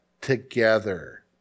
together